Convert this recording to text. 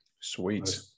Sweet